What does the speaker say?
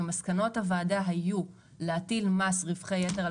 ומסקנות הוועדה היו להטיל מס רווחי יתר על